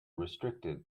restricted